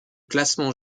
classement